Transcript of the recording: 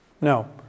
No